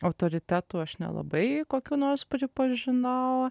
autoritetų aš nelabai kokių nors pripažinau